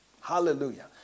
Hallelujah